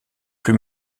plus